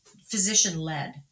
physician-led